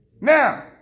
Now